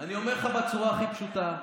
אני אומר לך בצורה הכי פשוטה: